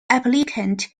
applicant